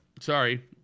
Sorry